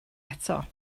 eto